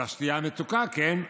על השתייה המתוקה כן.